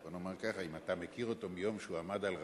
בוא נאמר ככה: אם אתה מכיר אותו מיום שהוא עמד על רגליו,